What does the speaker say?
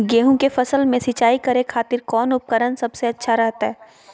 गेहूं के फसल में सिंचाई करे खातिर कौन उपकरण सबसे अच्छा रहतय?